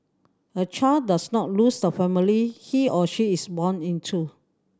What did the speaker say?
a child does not lose the family he or she is born into